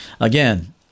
Again